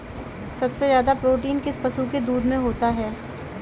सबसे ज्यादा प्रोटीन किस पशु के दूध में होता है?